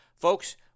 Folks